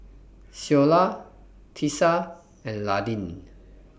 Ceola Tisa and Landin